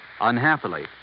Unhappily